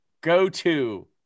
go-to